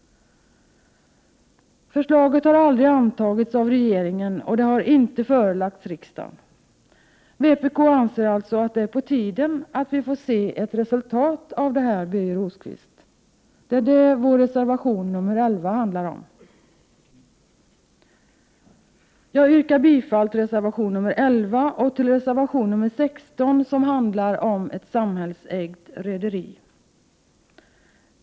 Förslaget har aldrig antagits av regeringen och det har inte förelagts riksdagen. Vpk anser att det är på tiden att vi får se ett resultat, Birger Rosqvist. Det är det vår reservation nr 11 handlar om. Jag yrkar bifall till reservation nr 11 och till reservation nr 16 som handlar om ett samhällsägt rederi.